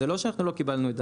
זה לא שאנחנו לא קיבלנו את זה.